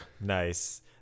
Nice